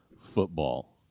football